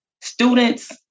students